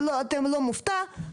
אתם לא מופתעים,